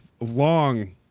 long